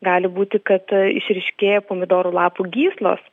gali būti kad išryškėja pomidorų lapų gyslos